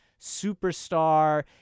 superstar